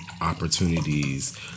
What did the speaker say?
opportunities